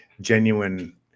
genuine